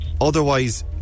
otherwise